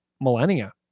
millennia